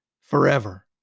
forever